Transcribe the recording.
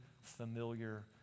familiar